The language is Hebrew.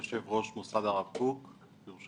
יושב ראש מוסד הרב קוק בירושלים.